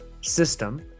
System